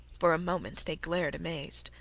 for a moment they glared amazed,